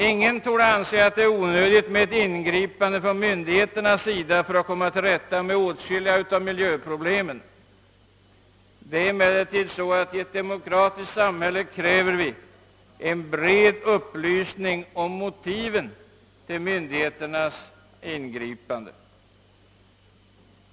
Ingen får anse det onödigt med ingripanden från myndigheternas sida för att komma till rätta med miljöproblemen, men i ett demokratiskt samhälle kräver vi en bred upplysning om motiven för myndigheternas ingripanden.